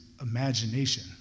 imagination